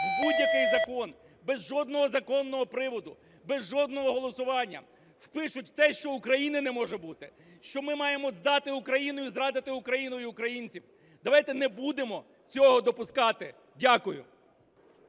в будь-який закон без жодного законного приводу, без жодного голосування впишуть те, що України не може бути, що ми маємо здати Україну і зрадити Україну і українців. Давайте не будемо цього допускати. Дякую.